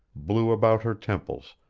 blew about her temples,